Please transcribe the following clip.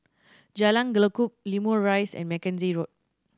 Jalan Lekub Limau Rise and Mackenzie Road